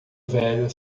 velho